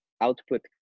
output